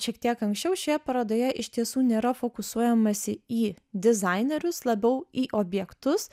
šiek tiek anksčiau šioje parodoje iš tiesų nėra fokusuojamasi į dizainerius labiau į objektus